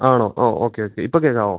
ആണോ ഓ okay okay ഇപ്പ കേക്കാവോ